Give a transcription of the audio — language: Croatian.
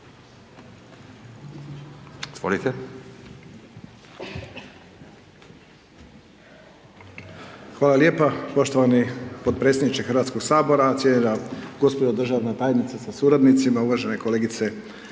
Hvala lijepo poštovani potpredsjedniče Hrvatskoga sabora, uvažena državna tajnice sa suradnicima, kolegice i kolege.